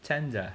tender